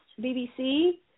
BBC